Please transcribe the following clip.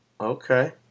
Okay